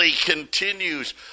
continues